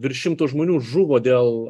virš šimto žmonių žuvo dėl